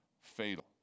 fatal